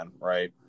right